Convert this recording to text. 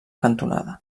cantonada